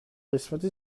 قسمت